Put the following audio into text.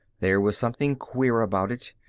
there was something queer about it,